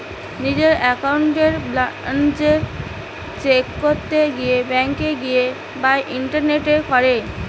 নিজের একাউন্টের balance check করতে গেলে ব্যাংকে গিয়ে বা ইন্টারনেটে করে